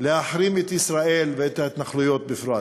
להחרים את ישראל ואת ההתנחלויות בפרט,